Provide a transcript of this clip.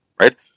right